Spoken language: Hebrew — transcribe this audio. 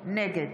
נגד